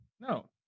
No